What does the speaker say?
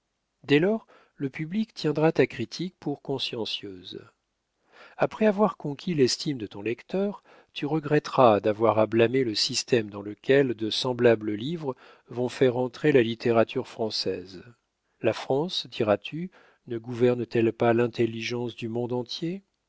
dès lors le public tiendra ta critique pour consciencieuse après avoir conquis l'estime de ton lecteur tu regretteras d'avoir à blâmer le système dans lequel de semblables livres vont faire entrer la littérature française la france diras-tu ne gouverne t elle pas l'intelligence du monde entier